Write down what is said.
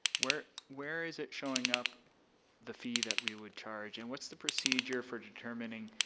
where where is it showing up the fee that we would charge and what's the procedure for determining